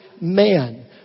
man